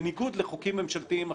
בניגוד לחוקים ממשלתיים אחרים,